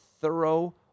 thorough